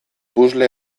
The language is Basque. puzzle